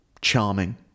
charming